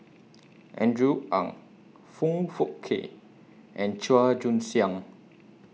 Andrew Ang Foong Fook Kay and Chua Joon Siang